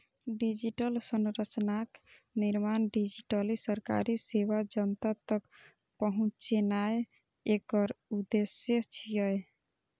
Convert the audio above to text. digital संरचनाक निर्माण, digitally सरकारी सेवा जनता तक पहुंचेनाय एकर उद्देश्य छियै